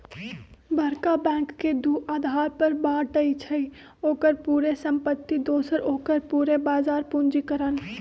बरका बैंक के दू अधार पर बाटइ छइ, ओकर पूरे संपत्ति दोसर ओकर पूरे बजार पूंजीकरण